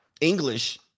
English